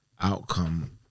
outcome